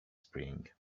spring